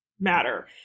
matter